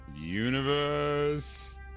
universe